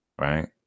Right